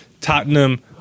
Tottenham